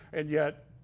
and yet,